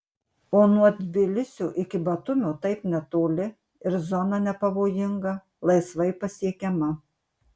o nuo tbilisio iki batumio taip netoli ir zona nepavojinga laisvai pasiekiama